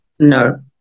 No